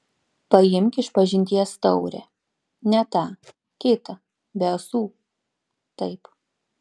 paimk išpažinties taurę ne tą kitą be ąsų taip